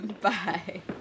Bye